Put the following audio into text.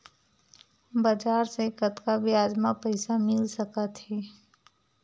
बजार ले कतका ब्याज म पईसा मिल सकत हे?